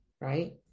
right